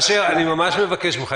אשר, אני ממש מבקש ממך.